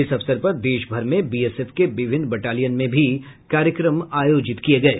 इस अवसर पर देश भर में बीएसएफ के विभिन्न बटालियन में भी कार्यक्रम आयोजित किये गये